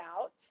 out